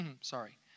Sorry